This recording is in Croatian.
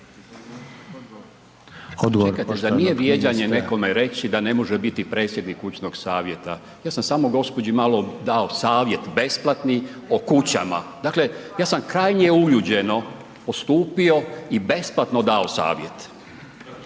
Odgovor poštovanog ministra